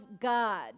God